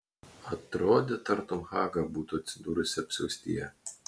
atrodė tartum haga būtų atsidūrusi apsiaustyje